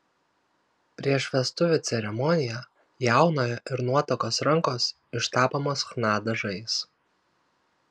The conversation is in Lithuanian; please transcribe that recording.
prieš vestuvių ceremoniją jaunojo ir nuotakos rankos ištapomos chna dažais